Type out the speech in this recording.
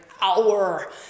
hour